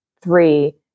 three